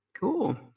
Cool